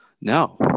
no